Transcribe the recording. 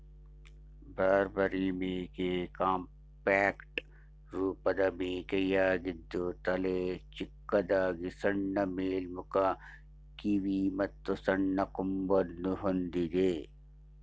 ಬಾರ್ಬರಿ ಮೇಕೆ ಕಾಂಪ್ಯಾಕ್ಟ್ ರೂಪದ ಮೇಕೆಯಾಗಿದ್ದು ತಲೆ ಚಿಕ್ಕದಾಗಿ ಸಣ್ಣ ಮೇಲ್ಮುಖ ಕಿವಿ ಮತ್ತು ಸಣ್ಣ ಕೊಂಬನ್ನು ಹೊಂದಿದೆ